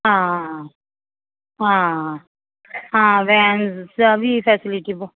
ਹਾਂ ਹਾਂ ਹਾਂ ਵੈਨਸ ਦਾ ਵੀ ਫੈਸਲਿਟੀ ਬੋ